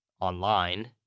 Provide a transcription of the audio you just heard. online